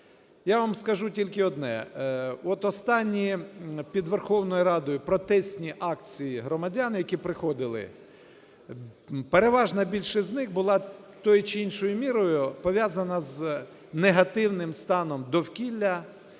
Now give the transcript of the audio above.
я вам скажу тільки одне: от останні під Верховною Радою протестні акції громадян, які приходили, переважна більшість з них була тією чи іншою мірою пов'язана з негативним станом довкілля